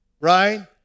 right